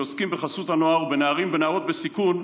שעוסקים בחסות הנוער ובנערים ונערות בסיכון,